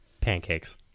pancakes